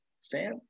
Sam